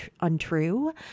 untrue